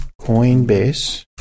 Coinbase